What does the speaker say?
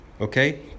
Okay